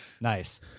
Nice